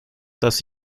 dass